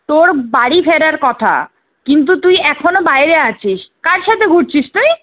তোর বাড়ি ফেরার কথা কিন্তু তুই এখনও বাইরে আছিস কার সাথে ঘুরছিস তুই